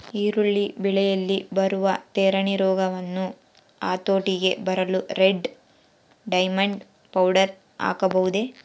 ಈರುಳ್ಳಿ ಬೆಳೆಯಲ್ಲಿ ಬರುವ ತಿರಣಿ ರೋಗವನ್ನು ಹತೋಟಿಗೆ ತರಲು ರೆಡ್ ಡೈಮಂಡ್ ಪೌಡರ್ ಹಾಕಬಹುದೇ?